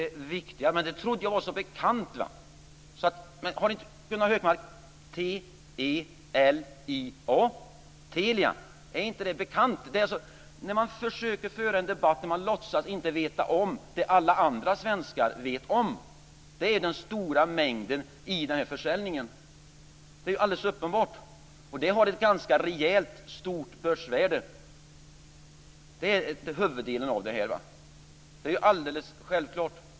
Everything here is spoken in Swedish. Fru talman! Det trodde jag var så bekant. T-e-l-ia, Telia, är inte det bekant, Gunnar Hökmark? Jag försöker föra en debatt där man låtsas inte veta om det alla andra svenskar vet. Det är den stora mängden i försäljningen. Det är alldeles uppenbart. Det har ett ganska rejält stort börsvärde. Det är huvuddelen. Det är alldeles självklart.